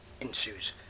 ensues